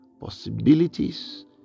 possibilities